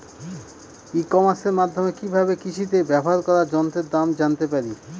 ই কমার্সের মাধ্যমে কি ভাবে কৃষিতে ব্যবহার করা যন্ত্রের দাম জানতে পারি?